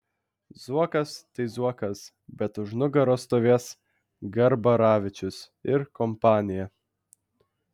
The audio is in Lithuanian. zuokas tai zuokas bet už nugaros stovės garbaravičius ir kompanija